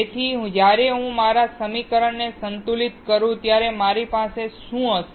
તેથી જ્યારે હું મારા સમીકરણને સંતુલિત કરું ત્યારે મારી પાસે શું હશે